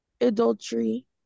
adultery